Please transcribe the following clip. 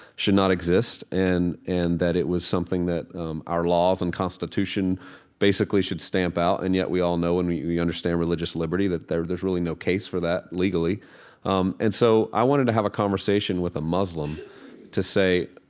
should not exist and and that it was something that our laws and constitution basically should stamp out. and yet we all know and we we understand religious liberty, that there's there's really no case for that legally um and so i wanted to have a conversation with a muslim to say,